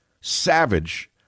SAVAGE